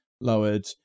lowered